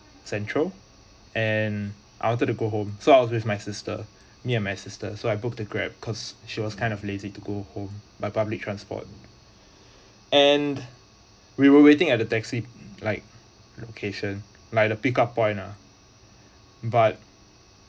central and I wanted to go home so I was with my sister me and my sister so I book the grab cause she was kind of lazy to go home by public transport and we were waiting at the taxi like location like the pickup point lah but